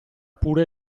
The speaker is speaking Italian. pure